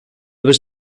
was